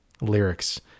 lyrics